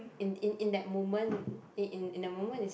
in in that moment in in the moment is